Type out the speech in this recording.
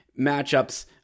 matchups